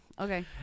Okay